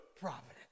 providence